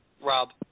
Rob